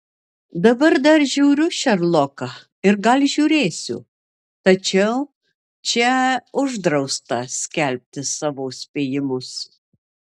dabar dar žiūriu šerloką ir gal žiūrėsiu tačiau čia uždrausta skelbti savo spėjimus